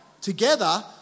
together